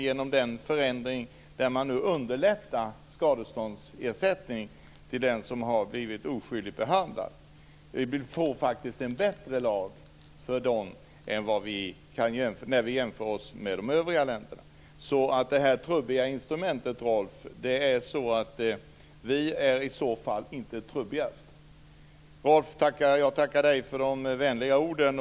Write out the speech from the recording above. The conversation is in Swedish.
Genom en förändring som innebär att skadeståndsersättningen underlättas när det gäller dem som har blivit oskyldigt behandlade får vi faktiskt en bättre lag för dessa människor jämfört med hur det är i andra länder. Beträffande det trubbiga instrument som Rolf Dahlberg talar om kan jag bara säga att vi i så fall inte är trubbigast. Rolf, jag tackar dig för de vänliga orden.